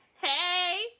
Hey